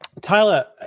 Tyler